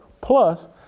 Plus